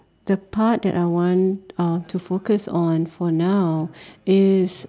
the part that I want uh to focus on for now is